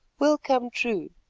will come true,